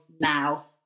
now